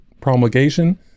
promulgation